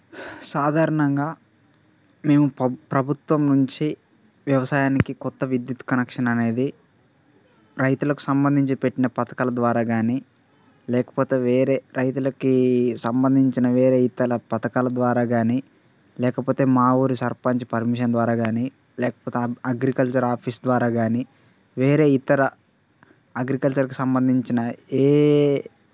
సాధారణంగా మేము ప్ర ప్రభుత్వం నుంచి వ్యవసాయానికి కొత్త విద్యుత్ కనెక్షన్ అనేది రైతులకు సంబంధించి పెట్టిన పథకాల ద్వారా కానీ లేకపోతే వేరే రైతులకి సంబంధించిన వేరే ఇతర పథకాల ద్వారా కానీ లేకపోతే మా ఊరి సర్పంచ్ పర్మిషన్ ద్వారా కానీ లేకపోతే అగ్రికల్చర్ ఆఫీస్ ద్వారా కానీ వేరే ఇతర అగ్రికల్చర్కి సంబంధించిన ఏ